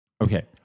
Okay